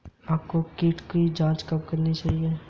आपको कीटों की जांच कब करनी चाहिए?